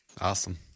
Awesome